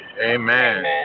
Amen